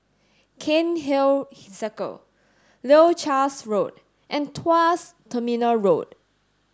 Cairnhill Circle Leuchars Road and Tuas Terminal Road